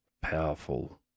powerful